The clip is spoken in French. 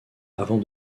avant